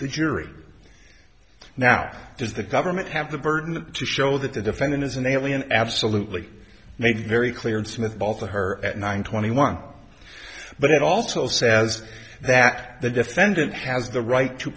the jury now does the government have the burden to show that the defendant is an alien absolutely made very clear and smooth both of her at nine twenty one but it also says that the defendant has the right to